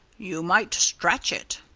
you might stretch it.